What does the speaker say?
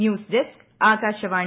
news desk Akashvani